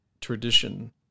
tradition